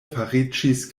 fariĝis